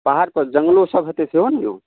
पहाड़ पर जङ्गलो सभ होयतै सेहो नऽ यौ